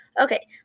okay